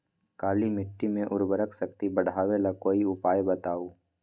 काली मिट्टी में उर्वरक शक्ति बढ़ावे ला कोई उपाय बताउ?